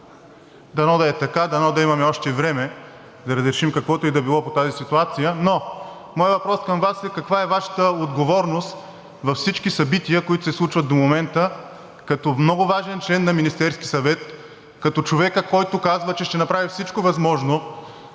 Дано да е така, дано да имаме още време да разрешим каквото и да било по тази ситуация. Но моят въпрос към Вас е каква е вашата отговорност във всички събития, които се случват до момента, като много важен член на Министерски съвет, като човека, който казва, че ще направи всичко възможно